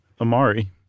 Amari